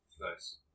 Nice